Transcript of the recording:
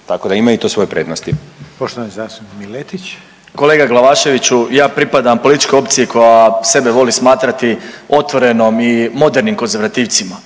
tako da ima i to svoje prednosti.